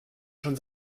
schon